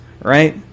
right